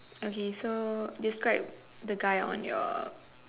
okay so describe the guy on your